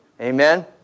Amen